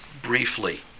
briefly